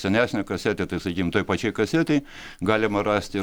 senesnę kasetę tai sakykim toj pačioj kasetėj galima rasti